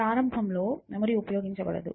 ప్రారంభంలో మెమరీ ఉపయోగించబడదు